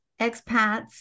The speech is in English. expats